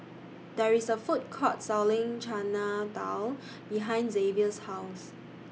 There IS A Food Court Selling Chana Dal behind Xavier's House